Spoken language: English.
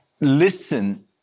listen